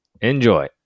Enjoy